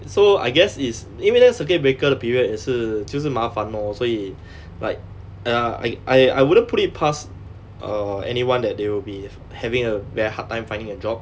so I guess it's 因为那个 circuit breaker 的 period 也是就是麻烦 lor 所以 like err I I I wouldn't put it past uh anyone that they will be having a very hard time finding a job